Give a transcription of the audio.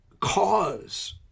cause